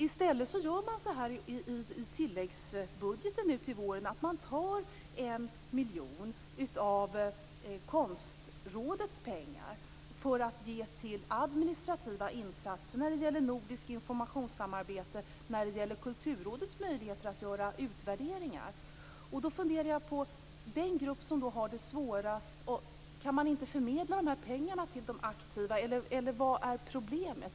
I stället för att satsa på dem tar regeringen i tilläggsbudgeten nu till våren 1 miljon av Konstrådets pengar för att ge till administrativa insatser för nordiskt informationsarbete och för Kulturrådets möjligheter att göra utvärderingar. Detta gäller den grupp som har det svårast. Kan man inte fördela pengarna till de aktiva konstnärerna, eller var är problemet?